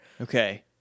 Okay